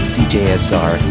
cjsr